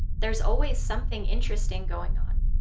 there's always something interesting going on